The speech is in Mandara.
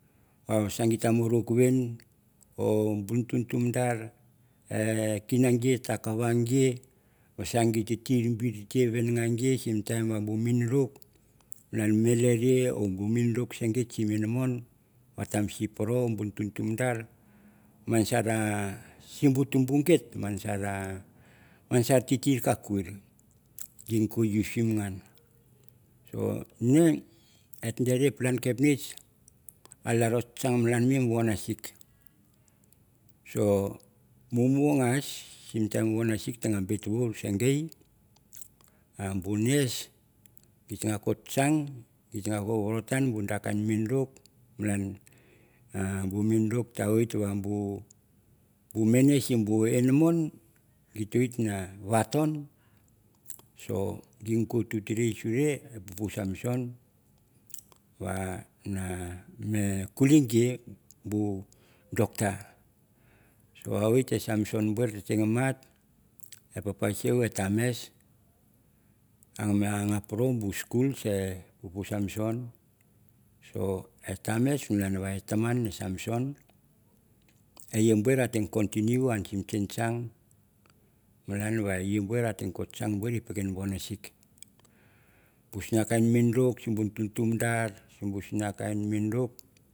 Or va sa ge mapuk vin or bu tu tumtumidar e kina git a kava ge vasa ge ta tir viniga ge simi mi time mi minruk malan malaria or miruk se git inmon vat tamasil poro bu tumdar. man sara simbu tumbu git man saka kiki kak loir bin ko usim ngan so ngan etdere palan keponnitch laro kang mala vunasik so mumu sim time vunasik bit wur se ngit bu nurse git tem no kang git temo vorttan bu kan da kan miruig malan bu miruk ta wit bu mene sim bu inamon git ta wit na vaton so gin go tuture suri pupu samson va na kulei bu doctor so a wit te samson ta tenga mat e papa sui tames malan e taman e samson e i bur a change pukwin mi muna sik bue sa minaruk si bu tumtumdar si sus a kain kt minaruk.